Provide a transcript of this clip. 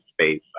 space